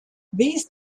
these